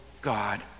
God